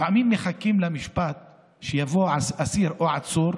לפעמים מחכים למשפט שיבוא אסיר או עצור,